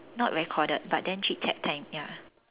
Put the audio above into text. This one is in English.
not recorded but then chit chat time ya